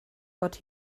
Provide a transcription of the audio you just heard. but